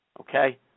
Okay